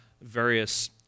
various